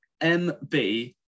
MB